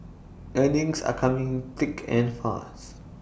earnings are coming thick and fast